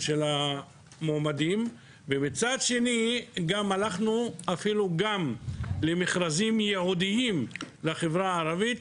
בנוסף הלכנו למכרזים ייעודיים לחברה הערבית,